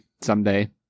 someday